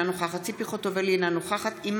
אינה נוכחת ציפי חוטובלי,